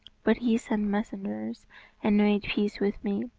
but he sent messengers and made peace with me,